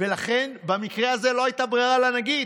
לכן במקרה הזה לא הייתה ברירה לנגיד.